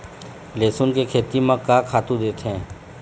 लेसुन के खेती म का खातू देथे?